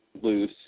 loose